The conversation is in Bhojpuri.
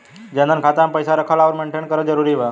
जनधन खाता मे पईसा रखल आउर मेंटेन करल जरूरी बा?